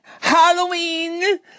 Halloween